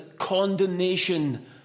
condemnation